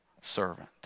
servant